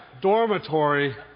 dormitory